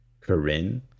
Corinne